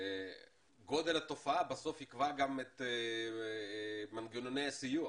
גודל התופעה בסוף תקבע גם את מנגנוני הסיוע